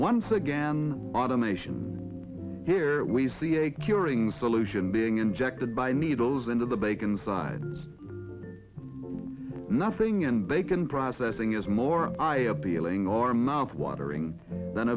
once again automation here we see a curing solution being injected by needles into the bacon side nothing in bacon processing is more appealing or mouth watering than